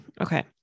okay